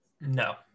No